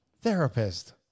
Therapist